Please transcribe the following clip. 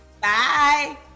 Bye